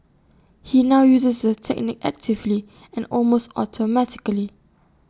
he now uses the technique actively and almost automatically